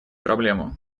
проблему